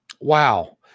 Wow